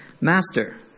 Master